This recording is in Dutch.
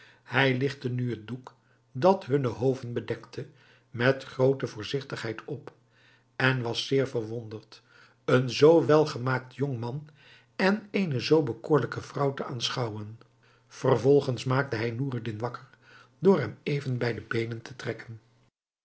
hij ligtte nu het doek dat hunne hoofden bedekte met groote voorzigtigheid op en was zeer verwonderd een zoo welgemaakt jongman en eene zoo bekoorlijke vrouw te aanschouwen vervolgens maakte hij noureddin wakker door hem even bij de beenen te trekken